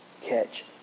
catch